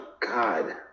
God